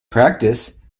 practice